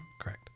correct